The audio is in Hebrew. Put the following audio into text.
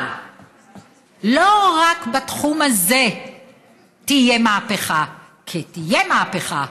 אבל לא רק בתחום הזה תהיה מהפכה, כי תהיה מהפכה.